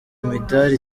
imidari